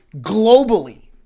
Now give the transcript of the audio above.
globally